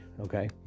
okay